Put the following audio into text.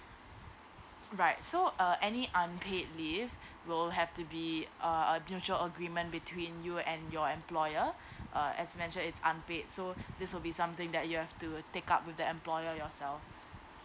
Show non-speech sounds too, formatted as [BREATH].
right so uh any unpaid leave [BREATH] will have to be uh a mutual agreement between you and your employer [BREATH] uh as mentioned it's unpaid so [BREATH] this will be something that you have to take up with the employer yourself